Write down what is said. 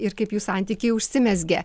ir kaip jų santykiai užsimezgė